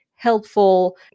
helpful